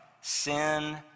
sin